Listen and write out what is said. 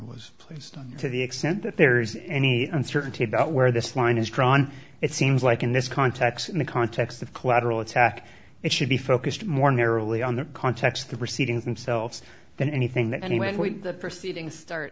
was placed to the extent that there's any uncertainty about where this line is drawn it seems like in this context in the context of collateral attack it should be focused more narrowly on the context of the proceedings themselves than anything that any when the proceedings start